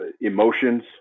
emotions